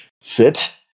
fit